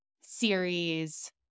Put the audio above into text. series